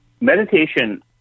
Meditation